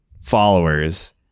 followers